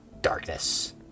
darkness